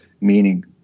meaning